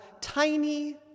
tiny